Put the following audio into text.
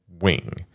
Wing